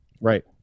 Right